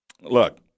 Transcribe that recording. look